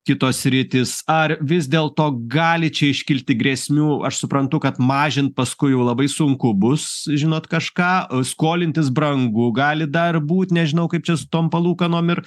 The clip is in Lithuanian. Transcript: kitos sritys ar vis dėlto gali čia iškilti grėsmių aš suprantu kad mažint paskui jau labai sunku bus žinot kažką skolintis brangu gali dar būt nežinau kaip čia su tom palūkanom ir